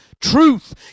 truth